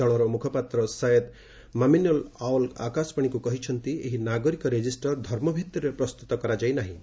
ଦଳର ମୁଖପାତ୍ର ସୟେଦ୍ ମମିନୁଲ୍ ଆଓଲ୍ ଆକାଶବାଣୀକୁ କହିଛନ୍ତି ଏହି ନାଗରିକ ରେଜିଷ୍ଟର ଧର୍ମଭିତ୍ତିରେ ପ୍ରସ୍ତୁତ କରାଯାଇ ନାହିଁ